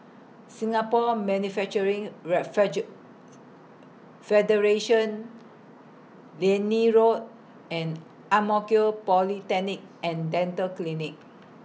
Singapore Manufacturing Refeju Federation Liane Road and Ang Mo Kio Polyclinic and Dental Clinic